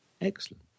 Excellent